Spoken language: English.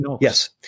Yes